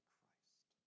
Christ